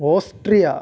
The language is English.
Austria